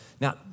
Now